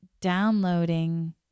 downloading